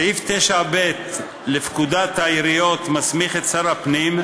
סעיף 9ב לפקודת העיריות מסמיך את שר הפנים,